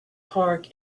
park